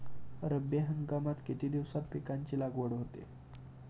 रब्बी हंगामात किती दिवसांत पिकांची लागवड होते?